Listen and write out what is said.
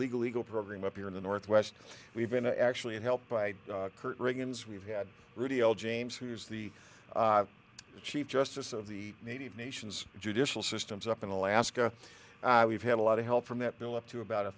legal eagle program up here in the northwest we've been to actually helped by kurt reagan's we've had radio james who's the chief justice of the native nations judicial systems up in alaska we've had a lot of help from that build up to about a